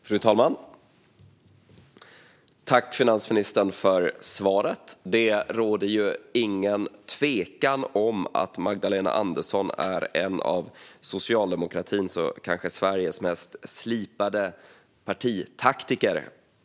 Fru talman! Tack, finansministern, för svaret! Det råder ingen tvekan om att Magdalena Andersson är en av socialdemokratins och kanske Sveriges mest slipade partitaktiker.